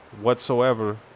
whatsoever